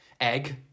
Egg